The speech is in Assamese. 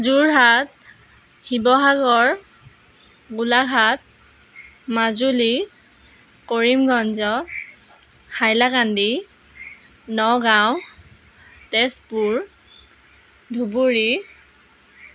যোৰহাট শিৱসাগৰ গোলাঘাট মাজুলী কৰিমগঞ্জ হাইলাকান্দি নগাঁও তেজপুৰ ধুবুৰী